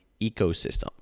ecosystem